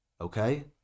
Okay